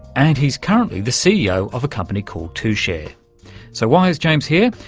and he's currently the ceo of a company called tushare. so why is james here?